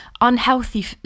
unhealthy